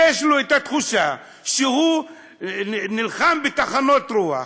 יש לו תחושה שהוא נלחם בטחנות רוח,